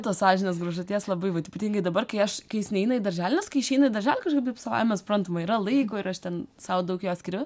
tos sąžinės graužaties labai vat ypatingai dabar kai aš kai jis neina į darželį nes kai išeina į daželį kažkaip taip savaime suprantama yra laiko ir aš ten sau daug jo skiriu